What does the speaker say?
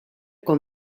con